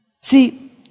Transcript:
See